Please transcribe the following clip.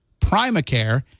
Primacare